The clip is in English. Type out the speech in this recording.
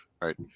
right